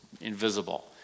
invisible